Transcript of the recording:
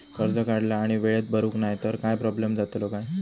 कर्ज काढला आणि वेळेत भरुक नाय तर काय प्रोब्लेम जातलो काय?